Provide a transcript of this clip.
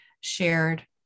shared